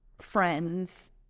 friends